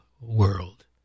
world